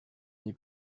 n’ai